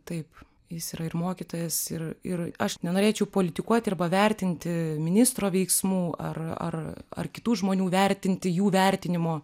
taip jis yra ir mokytojas ir ir aš nenorėčiau politikuoti ir vertinti ministro veiksmų ar ar ar kitų žmonių vertinti jų vertinimo